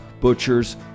butchers